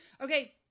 Okay